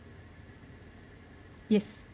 yes